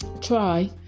try